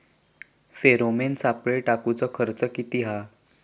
Pheromone सापळे टाकूचो खर्च किती हा?